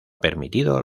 permitida